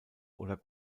oder